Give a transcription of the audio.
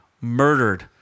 murdered